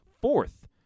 fourth